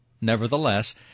Nevertheless